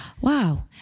wow